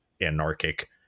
anarchic